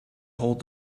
hold